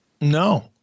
No